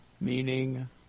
meaning